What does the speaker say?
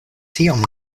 tiom